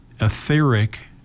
etheric